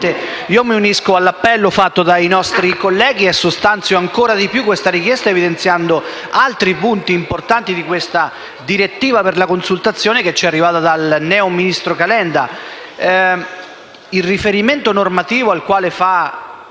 mi unisco all'appello dei colleghi e sostanzio ancora di più questa richiesta, evidenziando altri punti importanti di questa direttiva per la consultazione, che ci è arrivata dal neoministro Calenda.